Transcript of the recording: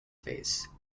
face